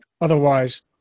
otherwise